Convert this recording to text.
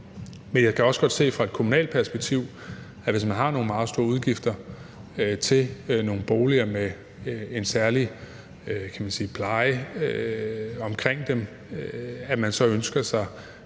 Men jeg kan også godt se det fra et kommunalt perspektiv, altså at hvis man har nogle meget store udgifter til nogle boliger med en særlig pleje, så ønsker man